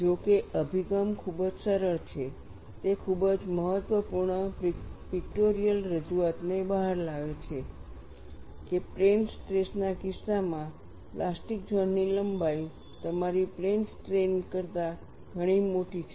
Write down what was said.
જો કે અભિગમ ખૂબ જ સરળ છે તે ખૂબ જ મહત્વપૂર્ણ પિક્ટોરિયલ રજૂઆતને બહાર લાવે છે કે પ્લેન સ્ટ્રેસ ના કિસ્સામાં પ્લાસ્ટિક ઝોનની લંબાઈ તમારી પ્લેન સ્ટ્રેઇન કરતા ઘણી મોટી છે